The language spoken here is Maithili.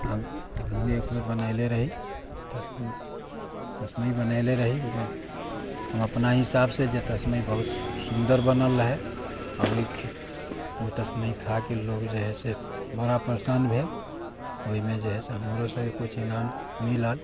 हम हमहूँ एकबेर बनओने रही तऽ तस्मै बनओने रही ओहिमे हम अपना हिसाबसँ जे तस्मै बहुत सुन्दर बनल रहए ओ तस्मै खा कऽ लोक जे हइ से बड़ा प्रसन्न भेल ओहिमे जे हइ से हमरोसभके किछु इनाम मिलल